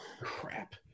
Crap